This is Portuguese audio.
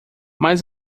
mas